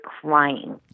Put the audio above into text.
crying